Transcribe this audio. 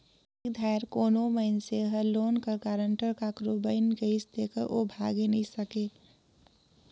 एक धाएर कोनो मइनसे हर लोन कर गारंटर काकरो बइन गइस तेकर ओ भागे नी सके